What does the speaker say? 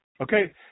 okay